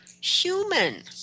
human